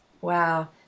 Wow